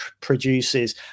produces